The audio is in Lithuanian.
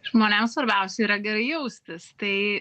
žmonėm svarbiausia yra gerai jaustis tai